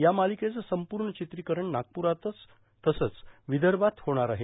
या मालिकेचं संपूर्ण चित्रिकरण नागपुरात तसंच विदर्भात होणार आहे